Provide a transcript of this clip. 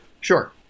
Sure